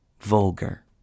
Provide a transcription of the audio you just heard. vulgar